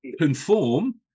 conform